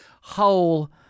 whole